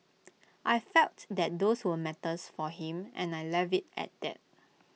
I felt that those were matters for him and I left IT at that